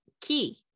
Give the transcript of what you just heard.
key